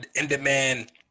in-demand